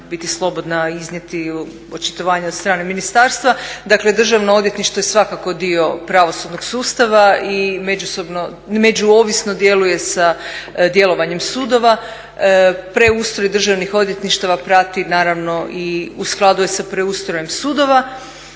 biti slobodna iznijeti i očitovanje od strane ministarstva. Dakle, Državno odvjetništvo je svakako dio pravosudnog sustava i međuovisno djeluje sa djelovanjem sudova. Preustroj državnih odvjetništava prati naravno i u skladu je sa preustrojem sudova.